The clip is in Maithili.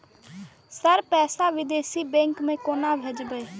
सर पैसा विदेशी बैंक में केना भेजबे?